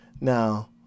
now